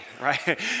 right